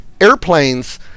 airplanes